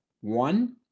One